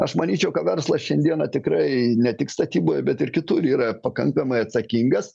aš manyčiau kad verslas šiandien tikrai ne tik statyboje bet ir kitur yra pakankamai atsakingas